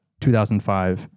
2005